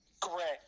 Correct